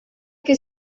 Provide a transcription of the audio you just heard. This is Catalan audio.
que